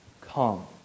come